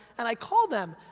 and i call them,